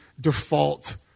default